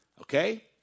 Okay